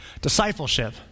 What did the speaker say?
discipleship